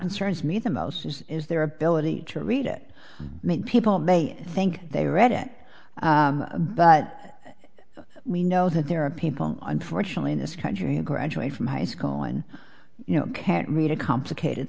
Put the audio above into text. concerns me the most is their ability to read it make people may think they read it but we know that there are people unfortunately in this country a graduate from high school and you know can't read a complicated